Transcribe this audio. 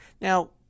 Now